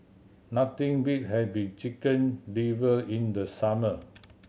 nothing beat having Chicken Liver in the summer